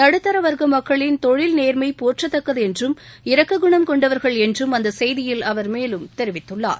நடுத்தர வர்க்க மக்களின் தொழில் நேர்மை போற்றத்தக்கது என்றும் இரக்க குணம் கொண்டவர்கள் என்றும் அந்த செய்தியில் அவர் மேலும் தெரிவித்துள்ளார்